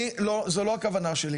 אני לא, זו לא הכוונה שלי.